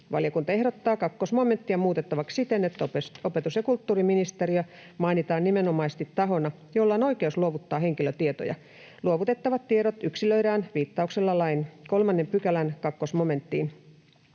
Valiokunta ehdottaa 2 momenttia muutettavaksi siten, että opetus- ja kulttuuriministeriö mainitaan nimenomaisesti tahona, jolla on oikeus luovuttaa henkilötietoja. Luovutettavat tiedot yksilöidään viittauksella lain 3 §:n 2‑momenttiin.